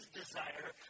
desire